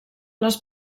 les